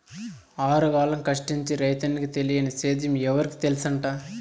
ఆరుగాలం కష్టించి రైతన్నకి తెలియని సేద్యం ఎవరికి తెల్సంట